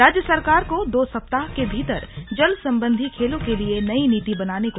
राज्य सरकार को दो सप्ताह के भीतर जल संबंधी खेलों के लिए नई नीति बनाने को कहा